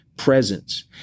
presence